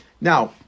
Now